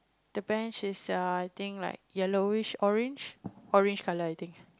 the bench is err I think like yellowish orange orange color I think